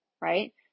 right